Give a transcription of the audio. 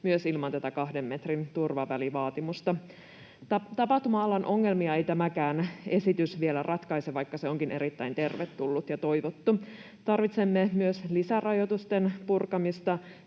myös ilman tätä kahden metrin turvavälivaatimusta. Tapahtuma-alan ongelmia ei tämäkään esitys vielä ratkaise, vaikka se onkin erittäin tervetullut ja toivottu. Tarvitsemme myös lisää rajoitusten purkamista